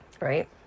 Right